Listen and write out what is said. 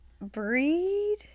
Breed